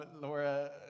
Laura